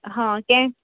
ହଁ କେନ୍